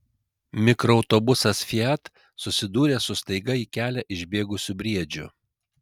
mikroautobusas fiat susidūrė su staiga į kelią išbėgusiu briedžiu